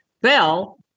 Bell